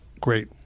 great